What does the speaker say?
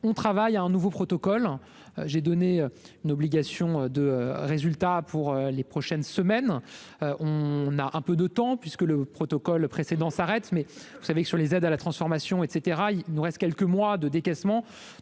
on travaille à un nouveau protocole j'ai donné une obligation de résultat pour les prochaines semaines, on a un peu de temps, puisque le protocole précédant s'arrête, mais vous savez que sur les aides à la transformation, et caetera, il nous reste quelques mois de décaissement